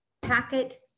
packet